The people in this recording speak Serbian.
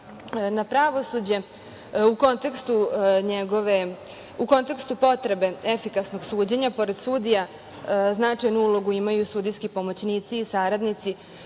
na pravosuđe.U kontekstu potrebe efikasnog suđenja, pored sudija, značajnu ulogu imaju i sudijski pomoćnici i saradnici